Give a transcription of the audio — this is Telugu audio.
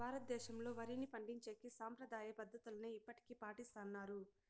భారతదేశంలో, వరిని పండించేకి సాంప్రదాయ పద్ధతులనే ఇప్పటికీ పాటిస్తన్నారు